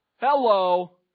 hello